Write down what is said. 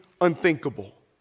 unthinkable